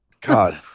God